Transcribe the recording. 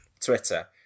twitter